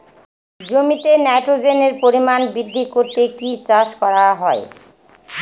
জমিতে নাইট্রোজেনের পরিমাণ বৃদ্ধি করতে কি চাষ করা হয়?